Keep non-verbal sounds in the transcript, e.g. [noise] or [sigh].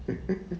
[laughs]